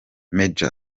maj